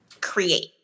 create